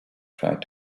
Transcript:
tried